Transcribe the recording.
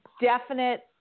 definite